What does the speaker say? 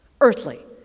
Earthly